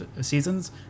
seasons